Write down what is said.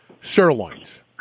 sirloins